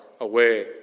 away